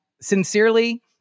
Sincerely